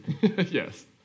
Yes